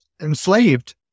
enslaved